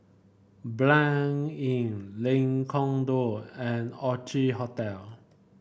Blanc Inn Lengkong Dua and Orchid Hotel